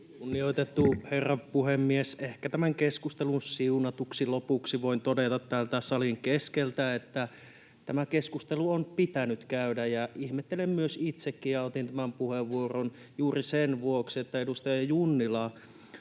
Kunnioitettu herra puhemies! Ehkä tämän keskustelun siunatuksi lopuksi voin todeta täältä salin keskeltä, että tämä keskustelu on pitänyt käydä, ja ihmettelen itsekin — otin tämän puheenvuoron juuri sen vuoksi — että edustaja Junnila